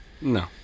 No